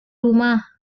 rumah